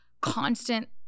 constant